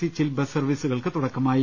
C ചിൽ bus സർവീസുകൾക്ക് തുടക്കമാ യി